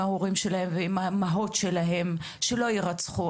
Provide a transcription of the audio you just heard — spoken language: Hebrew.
ההורים שלהם ועם האימהות שלהם שלא יירצחו,